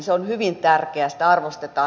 se on hyvin tärkeä sitä arvostetaan